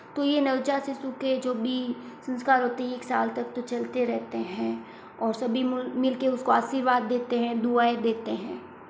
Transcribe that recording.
तो ये नवजात शिशु के जो भी संस्कार होते हैं ये एक साल तक तो चलते रहते हैं और सभी मुल मिल के उसको आशीर्वाद देते हैं दुआएं देते हैं